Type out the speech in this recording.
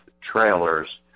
trailers